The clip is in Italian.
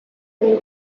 del